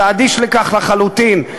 אתה אדיש לכך לחלוטין.